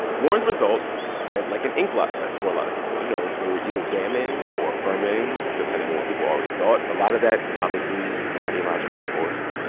warren's results read like an inkblot test for a lot of people. you know, they were either damning or affirming depending on what people already thought. a lot of that, obviously, is ideological, of course.